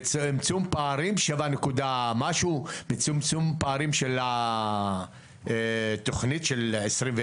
נמצאו פערים שבע נקודה משהו בצמצום פערים של התכנית של 2021,